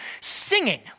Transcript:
singing